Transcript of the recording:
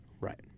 right